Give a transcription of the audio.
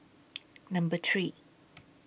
Number three